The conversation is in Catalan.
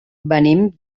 venim